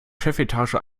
chefetage